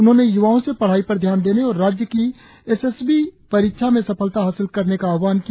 उन्होंने यूवाओं से पढ़ाई पर ध्यान देने और राज्य की एस एस बी परीक्षा में सफलता हासिल करने का आह्वान किया